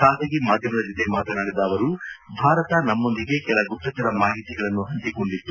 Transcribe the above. ಖಾಸಗಿ ಮಾಧ್ಯಮದ ಜೊತೆ ಮಾತನಾಡಿದ ಅವರು ಭಾರತ ನಮ್ಮೊಂದಿಗೆ ಕೆಲ ಗುಪ್ತಚರ ಮಾಹಿತಿಗಳನ್ನು ಹಂಚಿಕೊಂಡಿತ್ತು